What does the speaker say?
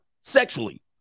sexually